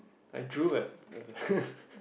I drool at